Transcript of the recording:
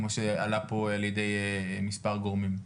כמו שעלה פה על ידי מספר גורמים?